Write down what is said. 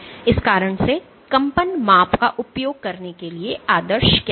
इस कारण से कंपन माप का उपयोग करने के लिए आदर्श क्या है